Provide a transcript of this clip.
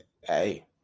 Hey